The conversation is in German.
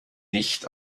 nicht